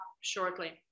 shortly